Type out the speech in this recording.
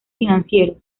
financieros